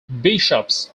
bishops